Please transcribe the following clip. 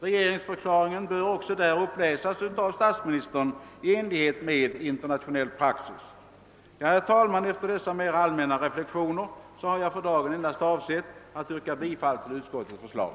Regeringsförklaringen bör där uppläsas av statsministern i enlighet med internationell praxis. Herr talman! Efter dessa mera allmänna reflexioner har jag för dagen endast avsett att yrka bifall till utskottets förslag.